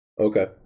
okay